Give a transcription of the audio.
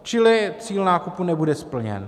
Čili cíl nákupu nebude splněn.